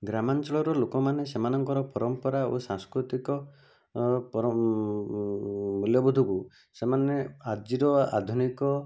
ଗ୍ରାମାଞ୍ଚଳର ଲୋକମାନେ ସେମାନଙ୍କର ପରମ୍ପରା ଓ ସାଂସ୍କୃତିକ ମୂଲ୍ୟବୋଧକୁ ସେମାନେ ଆଜିର ଆଧୁନିକ